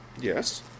Yes